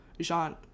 jean